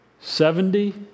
Seventy